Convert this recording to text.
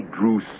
drew